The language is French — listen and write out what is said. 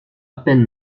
peine